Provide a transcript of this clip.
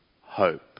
hope